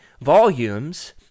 volumes